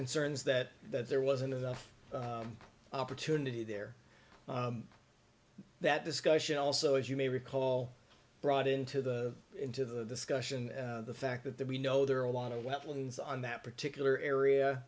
concerns that that there wasn't enough opportunity there that discussion also as you may recall brought into the into the discussion the fact that that we know there are a lot of weapons on that particular area